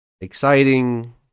exciting